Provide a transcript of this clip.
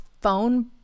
phone